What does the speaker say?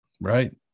Right